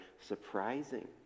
surprising